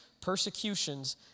persecutions